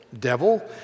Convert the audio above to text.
devil